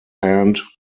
hand